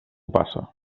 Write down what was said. passa